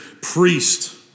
priest